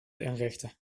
inrichten